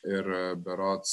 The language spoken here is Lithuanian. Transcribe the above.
ir berods